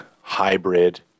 hybrid